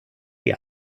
die